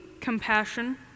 compassion